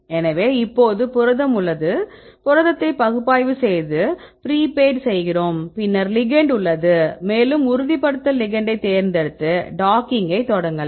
எனவே இப்போது புரதம் உள்ளது புரதத்தை பகுப்பாய்வு செய்து ப்ரீபெய்ட் செய்கிறோம் பின்னர் லிகெண்ட் உள்ளது மேலும் உறுதிப்படுத்தல் லிகெண்ட்டைத் தேர்ந்தெடுத்து டாக்கிங்கை தொடங்கலாம்